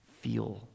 feel